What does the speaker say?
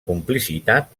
complicitat